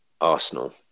Arsenal